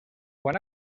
quan